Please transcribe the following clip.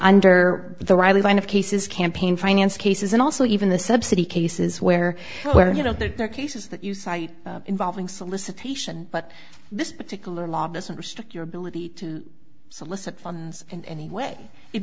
nder the riley line of cases campaign finance cases and also even the subsidy cases where you know there are cases that you cite involving solicitation but this particular law doesn't restrict your ability to solicit funds and anyway